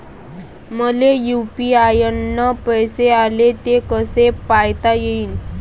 मले यू.पी.आय न पैसे आले, ते कसे पायता येईन?